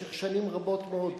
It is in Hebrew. במשך שנים רבות מאוד,